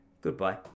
Goodbye